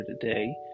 today